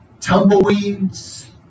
tumbleweeds